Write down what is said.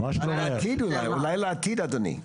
אולי לעתיד, אדוני.